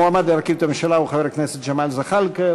המועמד להרכיב את הממשלה הוא חבר הכנסת ג'מאל זחאלקה,